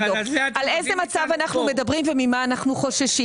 על איזה מצב אנחנו מדברים וממה אנחנו חוששים?